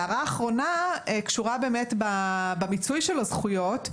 הערה אחרונה קשורה במיצוי של הזכויות.